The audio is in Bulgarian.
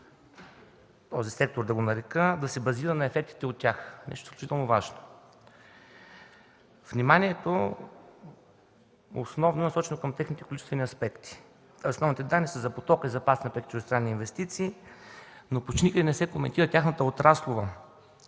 този сектор, да го нарека, да се базира на ефектите от тях – нещо изключително важно. Вниманието е насочено основно към техните количествени аспекти, а основните данни са за потока на преките чуждестранни инвестиции, но почти никъде не се коментира тяхната отраслова